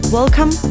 Welcome